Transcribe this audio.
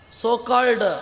so-called